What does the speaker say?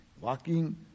walking